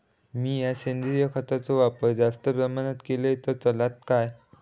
मीया सेंद्रिय खताचो वापर जास्त प्रमाणात केलय तर चलात काय?